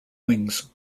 wings